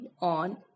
on